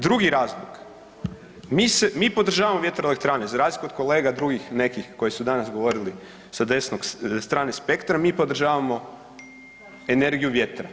Drugi razlog, mi podržavamo vjetroelektrane za razliku od kolega drugih nekih koji su danas govorili sa desnog strane spektra, mi podržavamo energiju vjetra.